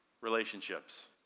Relationships